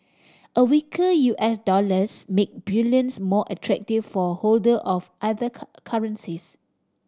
a weaker U S dollars make bullions more attractive for holder of other currencies